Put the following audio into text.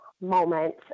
moment